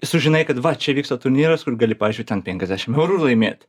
sužinai kad va čia vyksta turnyras kur gali pavyzdžiui ten penkiasdešim eurų laimėt